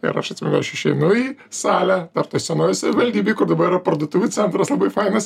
ir aš atsimenu aš išeinu į salę dar toj senojoj savivaldybėj kur dabar yra parduotuvių centras labai fainas